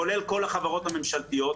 כולל כל החברות הממשלתיות.